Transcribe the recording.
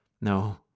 No